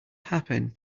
happen